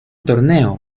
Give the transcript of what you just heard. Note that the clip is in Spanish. torneo